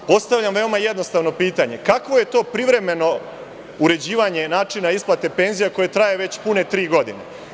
Postavljam veoma jednostavno pitanje – kakvo je to privremeno uređivanje načina isplate penzija koje traje već pune tri godine?